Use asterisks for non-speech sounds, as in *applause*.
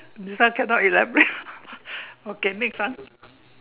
this one cannot elaborate *laughs* okay next one